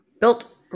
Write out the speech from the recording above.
built